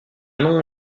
nom